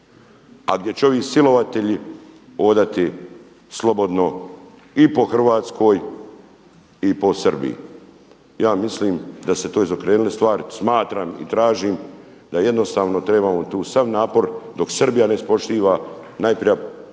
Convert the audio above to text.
a gdje će ovi silovatelji hodati slobodno i po Hrvatskoj i po Srbiji. Ja mislim da se to izokrenule stvari, smatram i tražim da jednostavno trebamo tu sav napor dok Srbija ne ispoštiva naše